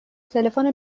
تلفن